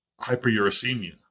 hyperuricemia